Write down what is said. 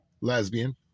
lesbian